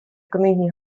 книги